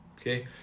okay